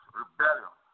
rebellion